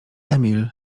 emil